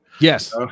Yes